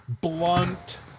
Blunt